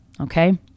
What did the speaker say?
okay